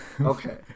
Okay